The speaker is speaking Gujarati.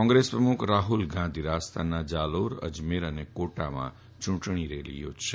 કોંગ્રેસ પ્રમુખ રાફલ ગાંધી આજે રાજસ્થાનના જાલોર અજમેર અને કોટામાં ચૂંટણી રેલી યોજશે